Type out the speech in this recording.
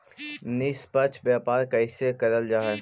निष्पक्ष व्यापार कइसे करल जा हई